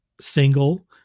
single